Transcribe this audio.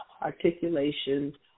articulation